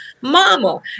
mama